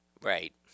Right